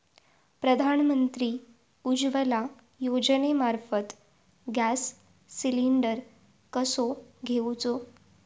प्रधानमंत्री उज्वला योजनेमार्फत gas cylinder कसो घेऊचो?